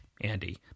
Andy